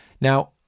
Now